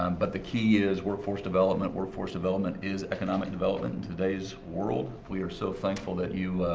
um but the key is workforce development. workforce development is economic development in today's world. we are so thankful that you,